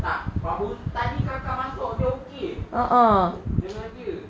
tak tadi kakak masuk dia okay jer